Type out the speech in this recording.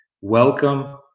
welcome